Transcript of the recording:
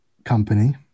company